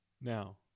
Now